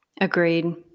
Agreed